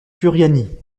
furiani